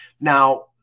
Now